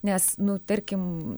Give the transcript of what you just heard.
nes nu tarkim